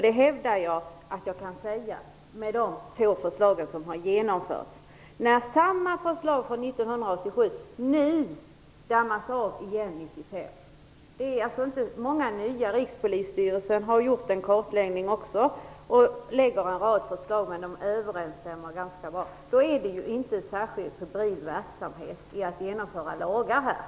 Det hävdar jag med tanke på de få förslag som genomförts. Samma förslag som diskuteras 1987 dammas av 1995. Det är inte många nya. Rikspolisstyrelsen har gjort en kartläggning och lagt fram en rad förslag som till stor del överensstämmer med de gamla. Då kan det inte talas om särskilt febril verksamhet med att genomföra förslagen.